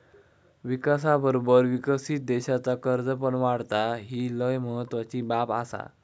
विकासाबरोबर विकसित देशाचा कर्ज पण वाढता, ही लय महत्वाची बाब आसा